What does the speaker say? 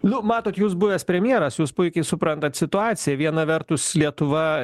nu matot jūs buvęs premjeras jūs puikiai suprantat situaciją viena vertus lietuva